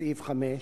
בסעיף 5,